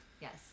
Yes